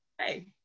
hey